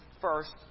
first